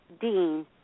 Dean